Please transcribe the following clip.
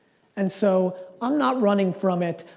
and so i'm not running from it,